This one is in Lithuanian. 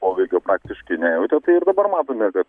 poveikio praktiškai nejautė ir dabar matome kad